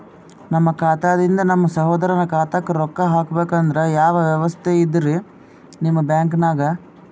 ನಮ್ಮ ಖಾತಾದಿಂದ ನಮ್ಮ ಸಹೋದರನ ಖಾತಾಕ್ಕಾ ರೊಕ್ಕಾ ಹಾಕ್ಬೇಕಂದ್ರ ಯಾವ ವ್ಯವಸ್ಥೆ ಇದರೀ ನಿಮ್ಮ ಬ್ಯಾಂಕ್ನಾಗ?